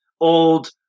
old